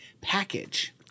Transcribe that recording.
package